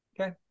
Okay